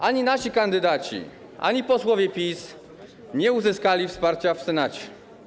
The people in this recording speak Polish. Ani nasi kandydaci, ani posłowie PiS nie uzyskali wsparcia w Senacie.